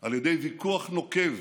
על ידי ויכוח נוקב,